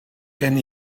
gen